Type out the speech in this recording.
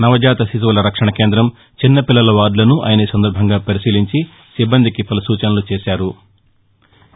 నవజాత శిశువుల రక్షణ కేంద్రం చిన్నపిల్లల వార్దులను ఆయన ఈ సందర్భంగా పరిశీలించి సిబ్బందికి పలు సూచనలు చేశారు